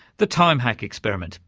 the time hack experiment.